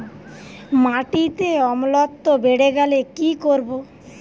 মাটিতে অম্লত্ব বেড়েগেলে কি করব?